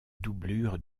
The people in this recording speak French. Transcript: doublure